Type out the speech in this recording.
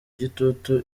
igitutu